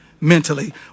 mentally